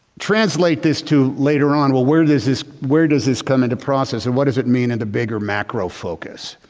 translate this to later on will where does this where does this come into process? and what does it mean in the bigger macro focus?